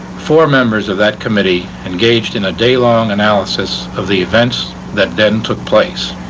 four members of that committee engaged in a day long analysis of the events that then took place.